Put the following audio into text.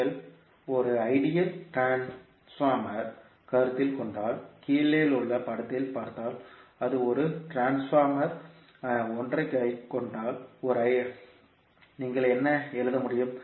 நீங்கள் ஒரு ideal transformer ஐ கருத்தில் கொண்டால் கீழேயுள்ள படத்தில் பார்த்தால் அது ஒரு டிரான்ஸ்ஃபார்மர் 1 ஐக் கொண்ட ஒரு ஐடியல் டிரான்ஸ்ஃபார்மர் ஆகும் எனவே நீங்கள் என்ன எழுத முடியும்